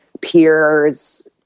peers